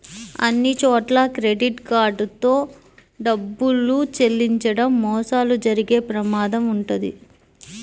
అన్నిచోట్లా credit card తో డబ్బులు చెల్లించడం మోసాలు జరిగే ప్రమాదం వుంటది